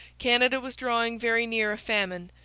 canada was drawing very near a famine,